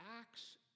acts